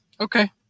okay